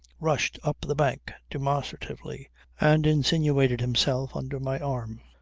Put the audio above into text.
rushed up the bank demonstratively and insinuated himself under my arm.